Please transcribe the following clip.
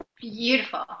beautiful